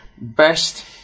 Best